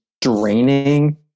draining